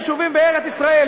יישובים בארץ-ישראל,